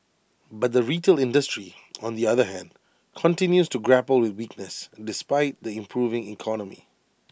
but the retail industry on the other hand continues to grapple with weakness despite the improving economy